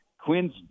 Quinn's